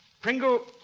Pringle